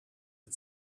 had